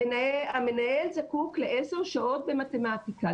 המנהל זקוק לעשר שעות במתמטיקה,